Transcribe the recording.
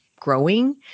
growing